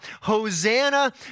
Hosanna